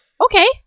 Okay